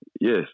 Yes